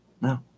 No